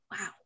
wow